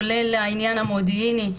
כולל העניין המודיעיני,